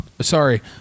sorry